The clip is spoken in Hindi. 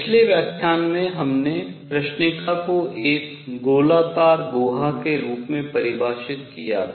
पिछले व्याख्यान में हमने कृष्णिका को एक गोलाकार गुहा के रूप में परिभाषित किया था